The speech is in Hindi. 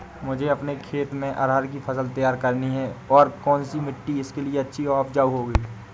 मुझे अपने खेत में अरहर की फसल तैयार करनी है और कौन सी मिट्टी इसके लिए अच्छी व उपजाऊ होगी?